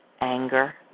anger